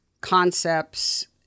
concepts